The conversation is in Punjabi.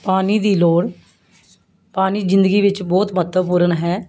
ਪਾਣੀ ਦੀ ਲੋੜ ਪਾਣੀ ਜ਼ਿੰਦਗੀ ਵਿੱਚ ਬਹੁਤ ਮਹੱਤਵਪੂਰਨ ਹੈ